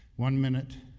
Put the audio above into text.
one minute,